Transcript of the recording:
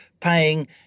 paying